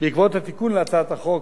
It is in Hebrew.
בעקבות התיקון לחוק,